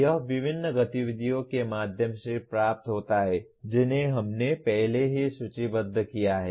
यह विभिन्न गतिविधियों के माध्यम से प्राप्त होता है जिन्हें हमने पहले ही सूचीबद्ध किया है